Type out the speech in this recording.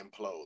implode